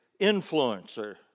influencer